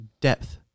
depth